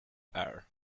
air